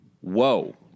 whoa